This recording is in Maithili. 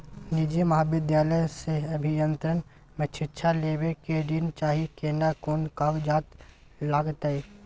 निजी महाविद्यालय से अभियंत्रण मे शिक्षा लेबा ले ऋण चाही केना कोन कागजात लागतै?